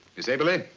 miss eberli,